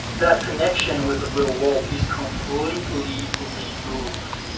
that connection with the real world is completely removed.